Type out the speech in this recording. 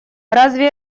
разве